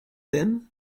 then